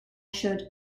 should